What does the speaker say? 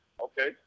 Okay